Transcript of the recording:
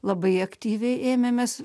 labai aktyviai ėmėmės